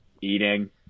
eating